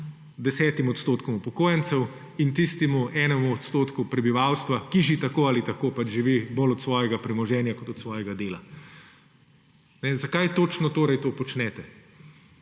10 odstotkom upokojencev in tistemu enemu prebivalstva, ki že tako ali tako živi bolj od svojega premoženja kot od svojega dela. Zakaj točno torej to počnete?